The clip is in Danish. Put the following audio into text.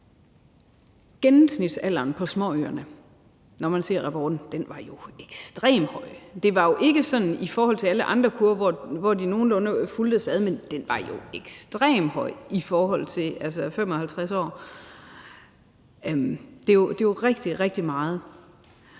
Gennemsnitsalderen på småøerne, kan man se i rapporten, er jo ekstremt høj. Det var jo ikke som med de andre kurver, der nogenlunde fulgtes ad, for her var den ekstremt høj. 55 år er jo rigtig, rigtig meget,